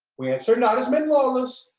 we answer not as men lawless,